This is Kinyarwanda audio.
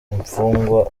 imfungwa